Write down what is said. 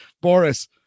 Boris